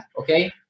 okay